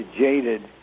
jaded